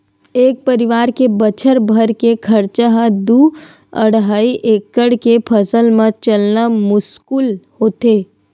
एक परवार के बछर भर के खरचा ह दू अड़हई एकड़ के फसल म चलना मुस्कुल होथे